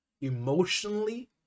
emotionally